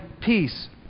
peace